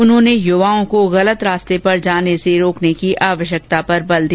उन्होंने युवाओं को गलत रास्ते पर जाने से रोकने की आवश्यकता पर भी बल दिया